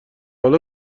حالا